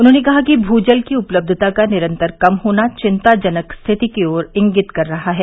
उन्होंने कहा कि भू जल की उपलब्धता का निरन्तर कम होना चिंताजनक स्थिति की ओर इंगित कर रहा है